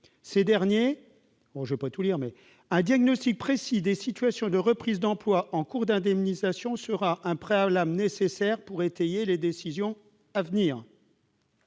peu. [...]« Un diagnostic précis des situations de reprise d'emploi en cours d'indemnisation sera un préalable nécessaire pour étayer les décisions à venir.